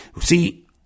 See